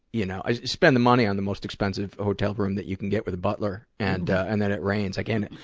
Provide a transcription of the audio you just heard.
you know you spend the money on the most expensive hotel room that you can get with a butler, and and then it rains. again,